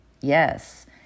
Yes